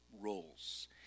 roles